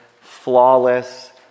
flawless